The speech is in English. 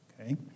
Okay